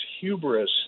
hubris